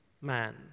man